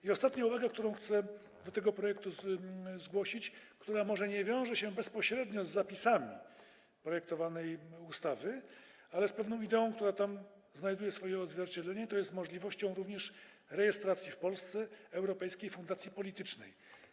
I ostatnia uwaga, którą chcę do tego projektu zgłosić, może nie wiąże się bezpośrednio z zapisami projektowanej ustawy, ale z pewną ideą, która tam znajduje swoje odzwierciedlenie, to jest możliwością również rejestracji w Polsce europejskiej fundacji politycznej.